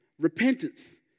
repentance